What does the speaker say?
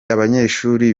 abanyeshuri